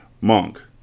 Monk